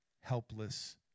helpless